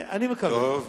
טוב.